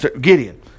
Gideon